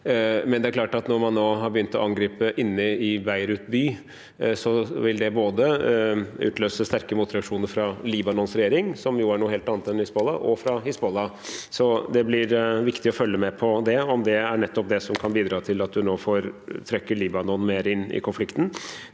når man nå har begynt å angripe inne i Beirut by, vil det utløse sterke motreaksjoner både fra Libanons regjering, som jo er noe helt annet enn Hizbollah, og fra Hizbollah. Så det blir viktig å følge med på det, om det er nettopp det som kan bidra til at man nå trekker Libanon mer inn i konflikten.